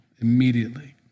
immediately